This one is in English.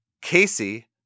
Casey